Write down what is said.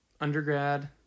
undergrad